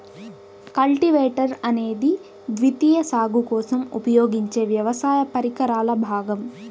cultivator అనేది ద్వితీయ సాగు కోసం ఉపయోగించే వ్యవసాయ పరికరాల భాగం